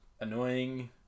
annoying